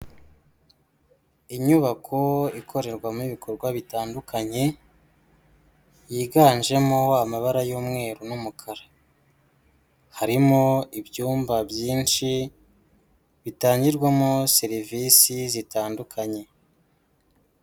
Inyubako ikorerwamo ibikorwa bitandukanye, yiganjemo amabara y'umweru n'umukara, harimo ibyumba byinshi, bitangirwamo serivisi zitandukanye.